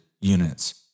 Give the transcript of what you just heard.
units